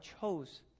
chose